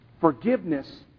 Forgiveness